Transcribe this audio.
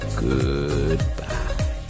Goodbye